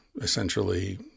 essentially